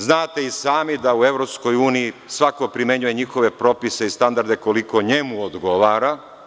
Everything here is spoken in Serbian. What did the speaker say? Znate i sami da u EU svako primenjuje njihove propise i standarde koliko njemu odgovara.